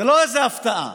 זו לא איזו הפתעה,